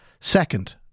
Second